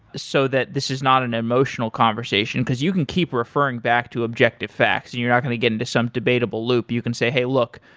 so that this is not an emotional conversation, because you can keep referring back to objective facts. and you're not going to get into some debatable loop. you can say, hey, look.